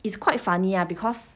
it's quite funny ah because